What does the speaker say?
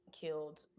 killed